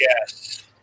Yes